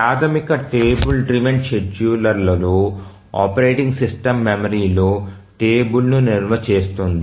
ప్రాథమిక table driven షెడ్యూలర్లో operating system మెమరీలో టేబుల్ ను నిల్వ చేస్తుంది